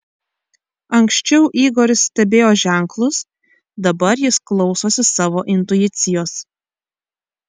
anksčiau igoris stebėjo ženklus dabar jis klausosi savo intuicijos